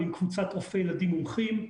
ועם קבוצת רופאי ילדים מומחים.